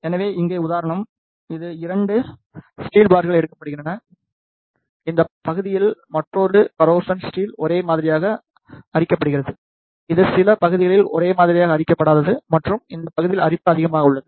எனவே இங்கே உதாரணம் இந்த 2 ஸ்டீல் பார்கள் எடுக்கப்படுகின்றன இந்த பகுதியில் மற்றொரு கரோசன் ஸ்டீல் ஒரே மாதிரியாக அரிக்கப்படுகிறது இது சில பகுதிகளில் ஒரே மாதிரியாக அரிக்கப்படாதது மற்றும் இந்த பகுதியில் அரிப்பு அதிகமாக உள்ளது